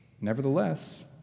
Nevertheless